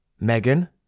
Megan